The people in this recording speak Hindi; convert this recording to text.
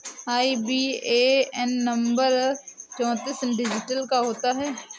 आई.बी.ए.एन नंबर चौतीस डिजिट का होता है